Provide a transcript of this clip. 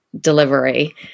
delivery